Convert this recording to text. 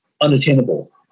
unattainable